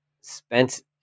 spent